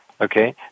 Okay